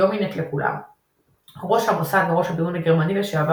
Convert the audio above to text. יומינט לכולם ראש המוסד וראש הביון הגרמני לשעבר